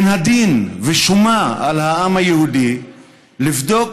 מן הדין, שומה על העם היהודי לבדוק,